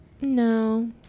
no